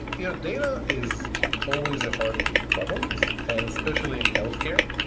yeah data is always a hard problem, and especially in healthcare.